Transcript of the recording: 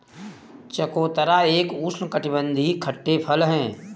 चकोतरा एक उष्णकटिबंधीय खट्टे फल है